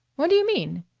what do you mean?